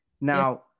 now